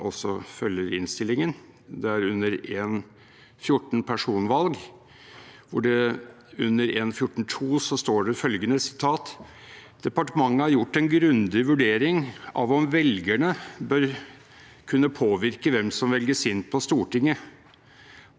«Departementet har gjort en grundig vurdering av om velgerne bør kunne påvirke hvem som velges inn på Stortinget. På bakgrunn av en helhetlig vurdering mener departementet at det ikke er ønskelig å gi velgerne innflytelse over hvilke av partiets kandidater som velges inn.»